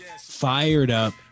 fired-up